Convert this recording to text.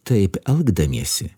taip elgdamiesi